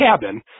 cabin